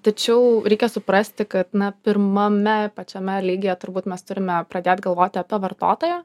tačiau reikia suprasti kad na pirmame pačiame lygyje turbūt mes turime pradėt galvoti apie vartotoją